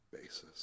basis